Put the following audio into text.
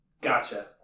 Gotcha